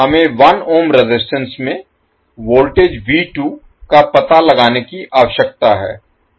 हमें 1 ohm resistance में voltage का पता लगाने की आवश्यकता है